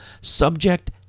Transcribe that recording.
Subject